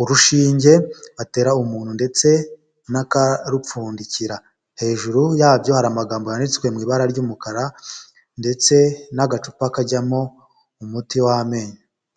urushinge batera umuntu ndetse n'akarupfundikira hejuru yabyo hari amagambo yanditswe mu ibara ry'umukara ndetse n'agacupa kajyamo umuti w'amenyo.